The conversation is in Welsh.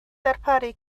darparu